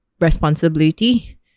responsibility